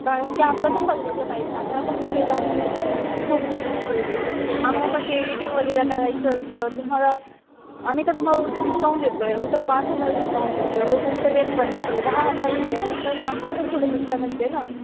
कारण की आम्हाला पण परवडलं पाहिजे आम्हाला पण पुढे जाऊन खूप आम्हाला पण ते एडिटिंग वगैरे करायचं असतं तुम्हाला आम्ही तर तुम्हाला उलटं डिस्काउंट देतो आहे उलटं पाच हजार डिस्काउंट देतो आहे एवढं कोणी तर देत पण नाही दहा हजार म्हणल्यानंतर मग आमचं पण थोडं नुसकान असतं आहे ना